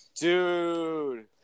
Dude